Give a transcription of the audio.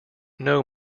know